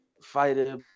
fighter